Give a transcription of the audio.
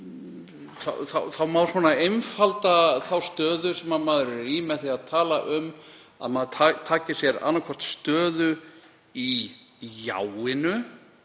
þá má einfalda þá stöðu sem maður er í með því að tala um að maður taki sér annaðhvort stöðu í jáinu